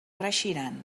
reeixiran